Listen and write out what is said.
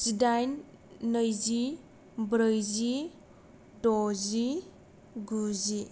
जिदाइन नैजि ब्रैजि दजि गुजि